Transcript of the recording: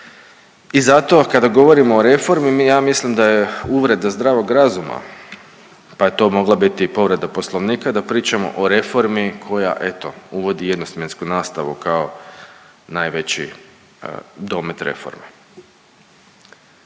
I zato kada govorimo o reformi ja mislim da je uvreda zdravog razuma, pa je to mogla biti i povreda Poslovnika da pričamo o reformi koja eto uvodi jednosmjensku nastavu kao najveći domet reforme.